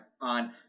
on